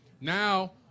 now